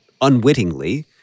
unwittingly